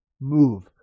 Move